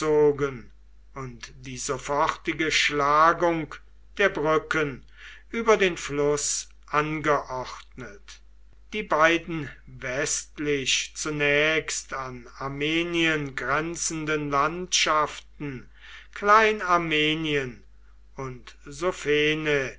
und die sofortige schlagung der brücken über den fluß angeordnet die beiden westlich zunächst an armenien grenzenden landschaften klein armenien und sophene